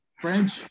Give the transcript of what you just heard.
French